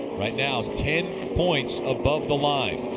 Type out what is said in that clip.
right now ten points above the line.